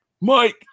Mike